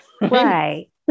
Right